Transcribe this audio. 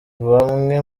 bamwe